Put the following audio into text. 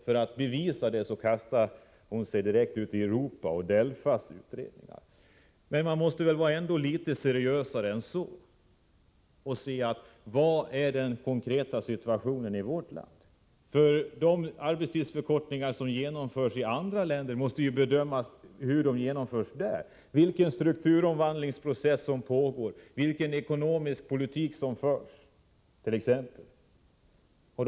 För att bevisa det kastade hon sig ut i Europa och till DELFA:s utredningar. Men man måste väl ändå vara litet seriösare än så och säga: Vilken är den konkreta situationen i vårt land? De arbetstidsförkortningar som genomförs i andra länder måste ju bedömas efter hur de genomförs där — vilka strukturomvandlingsprocesser som pågår, vilken ekonomisk politik som förs, osv.